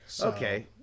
Okay